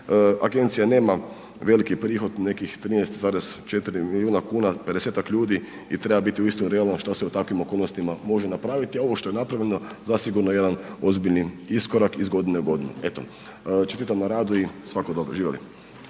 agencija nema veliki prihod, nekih 13,4 milijuna kuna, 50-ak ljudi i treba biti uistinu realan šta se u takvim okolnostima može napraviti a ovo što je napravljeno, zasigurno je jedan ozbiljni iskorak iz godine u godinu. Eto, čestitam na radu i svako dobro. Živjeli.